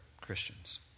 Christians